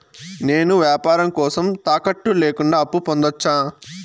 నేను వ్యాపారం కోసం తాకట్టు లేకుండా అప్పు పొందొచ్చా?